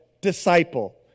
disciple